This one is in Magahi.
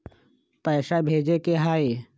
पैसा भेजे के हाइ?